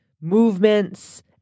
movements